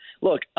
look